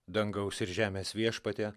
dangaus ir žemės viešpatie